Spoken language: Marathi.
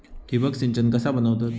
ठिबक सिंचन कसा बनवतत?